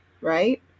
right